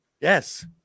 yes